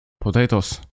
Potatoes